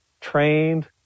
trained